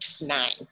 nine